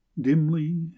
dimly